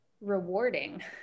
Rewarding